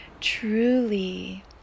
truly